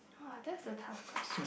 !wah! that's a tough question